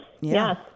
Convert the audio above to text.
yes